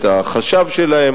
החשב שלהן,